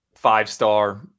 five-star